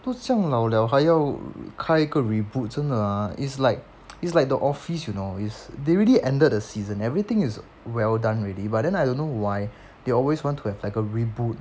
都这样老了还要拍一个 reboot 真的 ah it's like it's like the office you know it's they already ended the season everything is well done already but then I don't know why they always want to have like a reboot